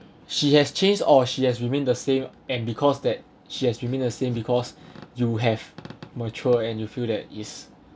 she has changed or she has remained the same and because that she has remained the same because you have mature and you feel that is